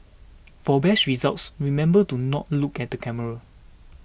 for best results remember to not look at the camera